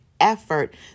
effort